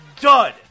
dud